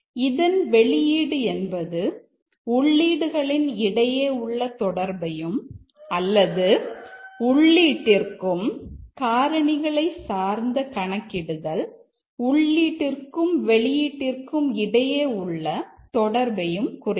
இதன் வெளியீடு என்பது உள்ளீடுகளின் இடையே உள்ள தொடர்பையும் அல்லது உள்ளீட்டிற்கும் காரணிகளை சார்ந்த கணக்கிடுதல் உள்ளீட்டிற்கும் வெளியீட்டிற்கும் இடையே உள்ள தொடர்பையும் குறிக்கும்